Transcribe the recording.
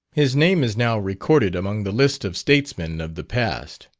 his name is now recorded among the list of statesmen of the past.